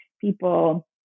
people